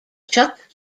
chuck